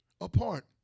apart